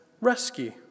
rescue